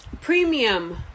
premium